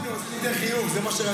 לא, אני רוצה שייתן חיוך, זה מה שרציתי.